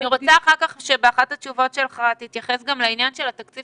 אני רוצה שתתייחס לתקציב